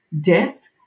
death